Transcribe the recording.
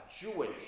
Jewish